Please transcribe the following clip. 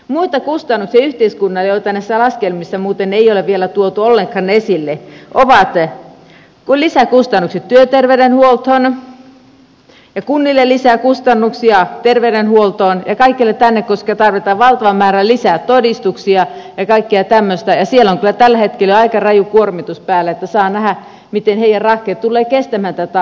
muita kustannuksia yhteiskunnalle joita näissä laskelmissa muuten ei ole vielä tuotu ollenkaan esille ovat lisäkustannukset työterveydenhuoltoon ja kunnille lisää kustannuksia terveydenhuoltoon ja kaikkialle tänne koska tarvitaan valtava määrä lisää todistuksia ja kaikkea tämmöistä ja siellä on kyllä tällä hetkellä jo aika raju kuormitus päällä niin että saa nähdä miten heidän rahkeensa tulevat kestämään tätä asiaa